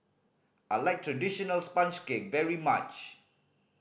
I like traditional sponge cake very much